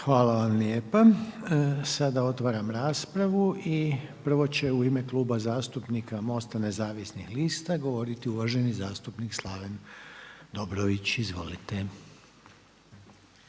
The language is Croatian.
Hvala vam lijepa. Sada otvaram raspravu i prvo će u ime Kluba zastupnika MOST-a nezavisnih lista, govoriti uvaženi zastupnik Slaven Dobrović. Izvolite.